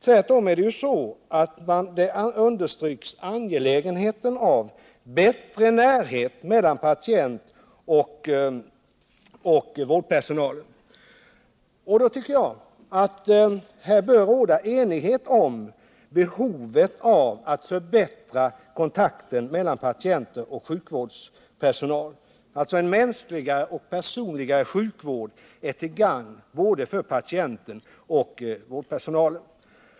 Tvärtom understryks angelägenheten av bättre närhet mellan patient och vårdpersonal. Jag tycker att det här bör råda enighet om behovet av att förbättra kontakten mellan patienter och sjukvårdspersonal. En mänskligare och personligare sjukvård är alltså till gagn både för patienten och för vårdpersonalen.